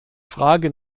frage